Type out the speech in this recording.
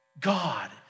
God